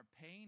pain